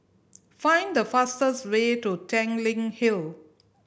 find the fastest way to Tanglin Hill